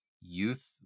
youth